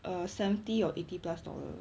err seventy or eighty plus dollar